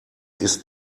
ist